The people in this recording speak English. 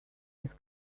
his